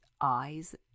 eyes